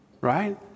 right